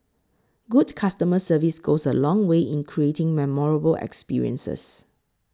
good customer service goes a long way in creating memorable experiences